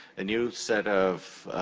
a new set of,